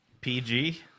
PG